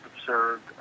observed